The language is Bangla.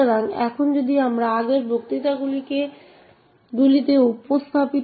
সুতরাং আসুন আমরা GDB তে প্রোগ্রামটি চালাই